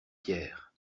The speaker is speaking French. pierre